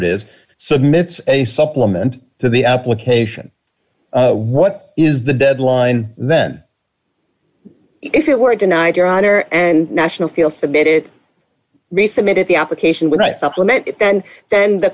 heard is submit a supplement to the application what is the deadline then if you were denied your honor and national feel submit it resubmitted the application when i supplement it and then the